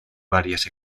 varias